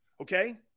okay